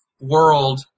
world